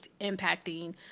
impacting